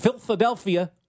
Philadelphia